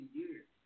years